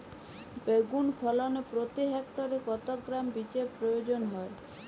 বেগুন ফলনে প্রতি হেক্টরে কত গ্রাম বীজের প্রয়োজন হয়?